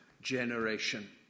generation